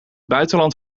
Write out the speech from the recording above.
buitenland